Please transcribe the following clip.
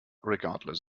regardless